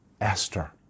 Esther